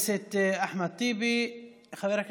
שוכרן.